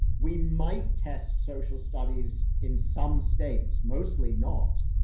we might test social studies in some states, mostly not.